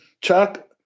Chuck